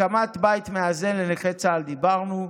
הקמת בית מאזן לנכי צה"ל, דיברנו.